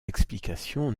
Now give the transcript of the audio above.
explications